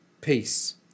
peace